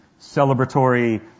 celebratory